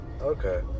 Okay